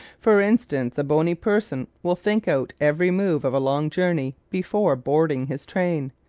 for instance a bony person will think out every move of a long journey before boarding his train.